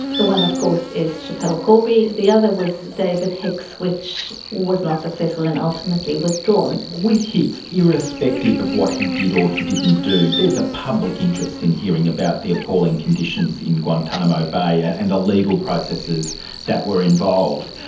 one of course is schapelle corby, the other was david hicks, which was not successful and ultimately withdrawn. with hicks, irrespective of what he did or he didn't do, there is a public interest in hearing about the appalling conditions in guantanamo bay ah and the legal processes that were involved.